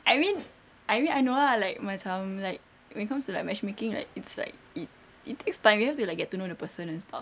I mean I mean I know lah like macam like when it comes to like matchmaking like it's like it it takes time you have to like get to know the person and stuff